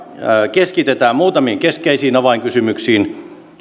keskitetään muutamiin keskeisiin avainkysymyksiin